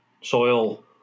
soil